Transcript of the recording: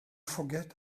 forget